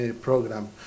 program